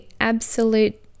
absolute